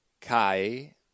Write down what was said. Kai